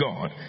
God